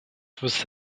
você